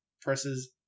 presses